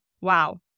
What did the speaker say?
wow